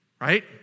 right